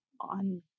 on